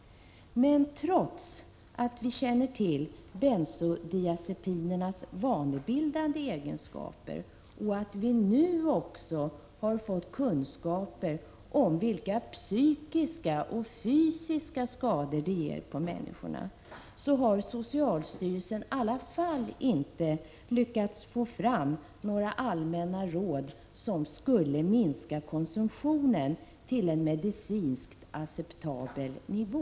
Men trots att vi känner till bensodiazepinernas vanebildande egenskaper och att vi nu också har fått kunskaper om vilka psykiska och fysiska skador de ger på människorna, har socialstyrelsen inte lyckats få fram några allmänna råd som skulle minska konsumtionen till en medicinskt acceptabel nivå.